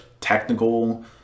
technical